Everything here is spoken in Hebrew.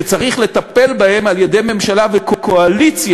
שצריך לטפל בהן על-ידי ממשלה וקואליציה